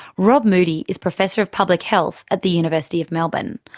rob moodie is professor of public health at the university of melbourne.